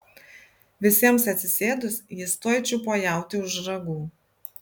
visiems atsisėdus jis tuoj čiupo jautį už ragų